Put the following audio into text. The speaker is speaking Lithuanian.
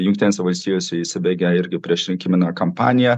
jungtinėse valstijose įsibėgėja irgi priešrinkiminė kampanija